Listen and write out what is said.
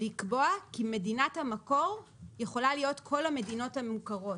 לקבוע כי מדינת המקור יכולה להיות כל המדינות המוכרות.